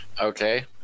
Okay